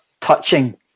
touching